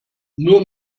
nur